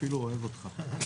אפילו אוהב אותך.